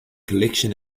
collection